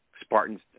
Spartans